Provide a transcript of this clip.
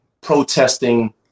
protesting